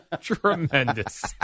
Tremendous